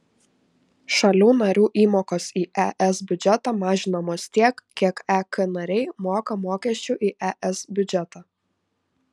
šalių narių įmokos į es biudžetą mažinamos tiek kiek ek nariai moka mokesčių į es biudžetą